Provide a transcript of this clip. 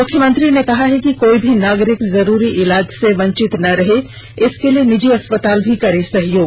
मुख्यमंत्री ने कहा है कि कोई भी नागरिक जरूरी इलाज से वंचित न रहे इसके लिए निजी अस्पताल भी करें सहयोग